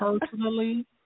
personally